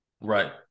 Right